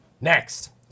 Next